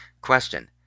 Question